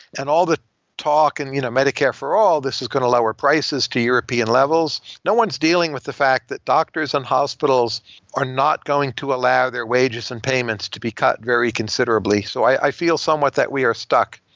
and all the talk in and you know medicare for all, this is going to lower prices to european levels. no one's dealing with the fact that doctors and hospitals are not going to allow their wages and payments to be cut very considerably. so i feel somewhat that we are stuck.